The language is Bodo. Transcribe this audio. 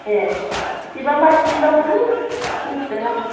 ए बेबा मा सिजोनाव मोनो मिनथिला ना आं